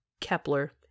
Kepler